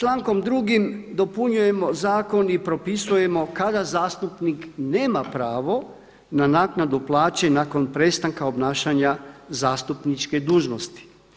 Člankom 2. dopunjujemo zakon i propisujemo kada zastupnik nema pravo na naknadu plaće nakon prestanka obnašanja zastupničke dužnosti.